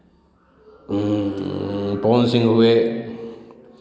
पवन सिंह हुए